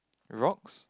rocks